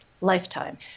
Lifetime